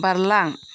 बारलां